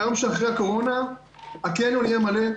ביום שאחרי הקורונה הקניון יהיה מלא,